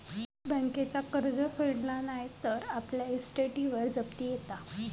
बँकेचा कर्ज फेडला नाय तर आपल्या इस्टेटीवर जप्ती येता